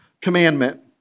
commandment